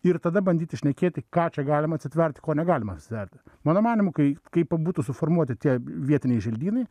ir tada bandyti šnekėti ką čia galima atsitvert ko negalima atsitverti mano manymu kai kai pabūtų suformuoti tie vietiniai želdynai